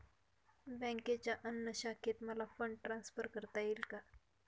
बँकेच्या अन्य शाखेत मला फंड ट्रान्सफर करता येईल का?